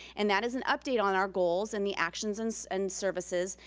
and that is an update on our goals, and the actions and services,